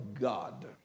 God